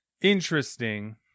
Interesting